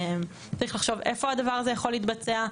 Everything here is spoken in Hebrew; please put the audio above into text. צריך לחשוב איפה הדבר הזה יכול להתבצע,